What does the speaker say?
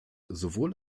sowohl